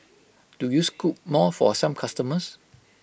do you scoop more for some customers